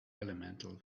elemental